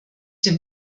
dem